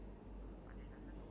mm